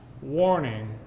warning